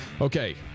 Okay